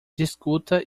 discuta